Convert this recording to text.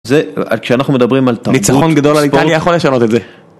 זה כשאנחנו מדברים על תרבות. ניצחון גדול. אני יכול לשנות את זה.